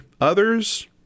others